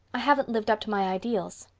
i haven't lived up to my ideals.